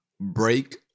break